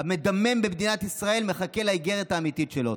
המדמם במדינת ישראל מחכה לאיגרת האמיתית שלו.